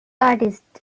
artist